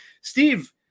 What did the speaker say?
Steve